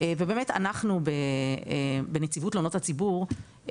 ובאמת אנחנו בנציבות תלונות הציבור,